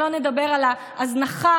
שלא נדבר על ההזנחה,